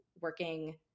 working